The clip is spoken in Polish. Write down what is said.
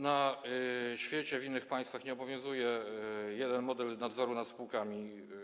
Na świecie, w innych państwach nie obowiązuje jeden model nadzoru nad spółkami.